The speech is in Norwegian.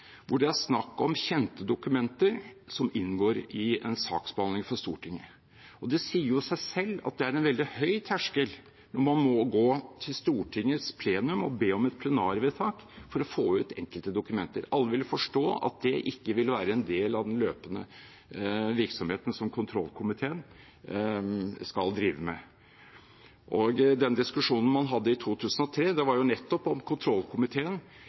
hvor det er snakk om kjente dokumenter som inngår i en saksbehandling for Stortinget. Det sier seg selv at det er en veldig høy terskel om man må gå til Stortingets plenum og be om et plenarvedtak for å få ut enkelte dokumenter. Alle vil forstå at det ikke vil være en del av den løpende virksomheten som kontrollkomiteen skal drive med. Den diskusjonen man hadde i 2003, var nettopp om kontrollkomiteen